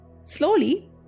Slowly